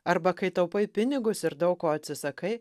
arba kai taupai pinigus ir daug ko atsisakai